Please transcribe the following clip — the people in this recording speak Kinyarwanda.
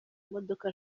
imodoka